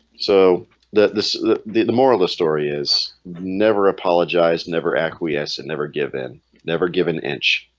so the this the the moral of the story is never apologize never acquiesce and never give in never give an inch